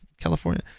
California